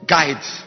Guides